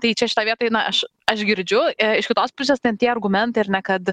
tai čia šitoj vietoj na aš aš girdžiu iš kitos pusės ten tie argumentai ar ne kad